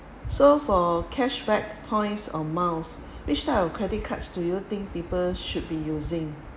so for cashback points amounts which type of credit cards do you think people should be using